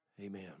Amen